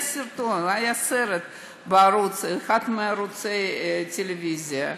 היה סרט באחד מערוצי הטלוויזיה,